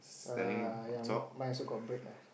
err ya mine also got break lah